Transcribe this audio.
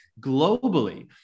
globally